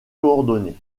coordonnées